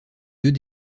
deux